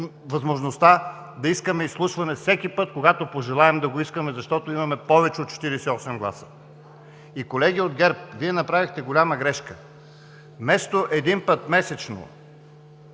възможността да искаме изслушване всеки път, когато пожелаем да го искаме, защото имаме повече от 48 гласа. Колеги от ГЕРБ, Вие направихте голяма грешка. Вместо веднъж месечно